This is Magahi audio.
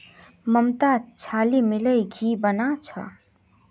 ममता छाली मिलइ घी बना छ